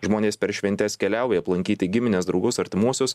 žmonės per šventes keliauja aplankyti gimines draugus artimuosius